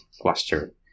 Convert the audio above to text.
cluster